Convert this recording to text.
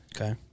Okay